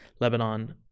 Lebanon